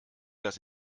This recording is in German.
das